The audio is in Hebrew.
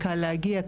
קל להגיע,